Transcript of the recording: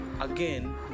again